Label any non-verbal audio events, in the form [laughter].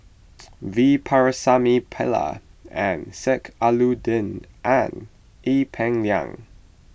[noise] V Pakirisamy Pillai and Sheik Alauddin and Ee Peng Liang